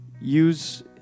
use